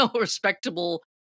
respectable